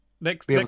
Next